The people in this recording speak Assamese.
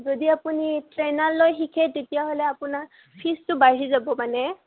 যদি আপুনি ট্ৰেইনাৰ লৈ শিকে তেতিয়াহ'লে আপোনাৰ ফিজটো বাঢ়ি যাব মানে